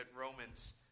Romans